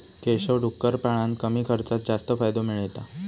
केशव डुक्कर पाळान कमी खर्चात जास्त फायदो मिळयता